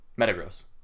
metagross